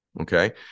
Okay